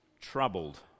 troubled